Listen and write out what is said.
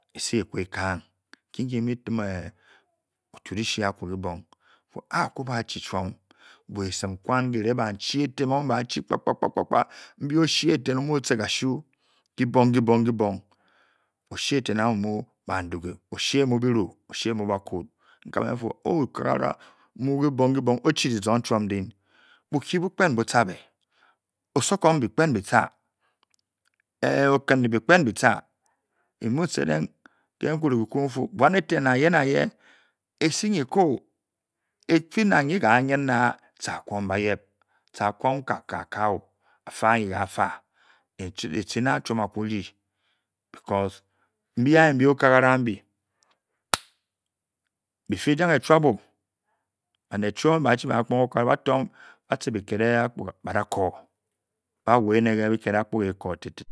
Esi-eku ékán nki ke bi mu tim o tu-di shi mu kibong bifu á kuba chi muo esim kwan kere bá chi etén bá mú bá-chi kpa-kpa-kpa mbi ó-shee eten ómu ótibe ka-shú kibong-kibong, o-shee, eteng a-mú mu bá ndinge o-shee mu ba bakun, o-shee mú bira nkabé nfu o-okagara mu kibong. O-shi di zung chuom ndin bukyi bu kpen bu nyi be okundi bi-kpen bi tcha mé mu sedeng ke nkré-nkré nfu buom eten nang ye-nang ye, esi nyi koo. esi nang nyi kanong tcha a kwom payep. tchá akwom ká kao afe anyi kafa a ja chuom a ku djii kena nbi anyi oka-gara á mbi bifi jang é chwap-o banet chuo mbéba chii bankponge okagara batuche bikét akpuga bá dá kõ o bá waa ené ke biket akpuga.